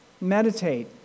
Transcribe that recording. meditate